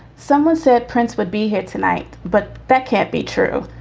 someone said prince would be here tonight, but that can't be true.